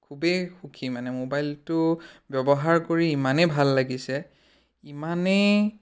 খুবেই সুখী মানে মোবাইলটো ব্যৱহাৰ কৰি ইমানেই ভাল লাগিছে ইমানেই